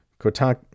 Kotak